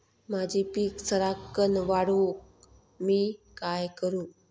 माझी पीक सराक्कन वाढूक मी काय करू?